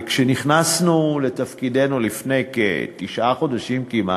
וכשנכנסנו לתפקידנו לפני כתשעה חודשים כמעט,